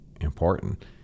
important